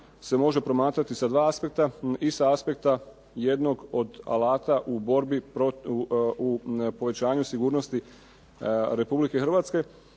se može promatrati sa dva aspekta, i sa aspekta jednog od alata u povećanju sigurnosti Republike Hrvatske